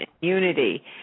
unity